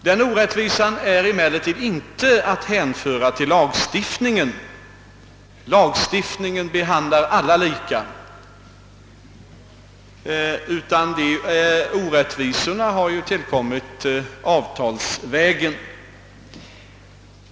Den orättvisan är emellertid inte att hänföra till lagstiftningen — lagstiftningen behandlar alla lika — utan orättvisan har tillkommit avtalsvägen.